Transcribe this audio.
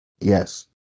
yes